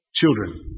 children